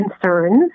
concerns